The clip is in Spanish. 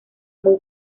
muy